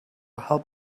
help